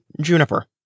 juniper